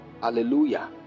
Hallelujah